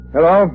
Hello